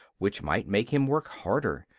which might make him work harder.